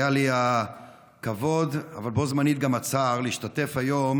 היה לי הכבוד אבל בו זמנית גם הצער להשתתף היום